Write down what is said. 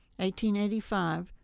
1885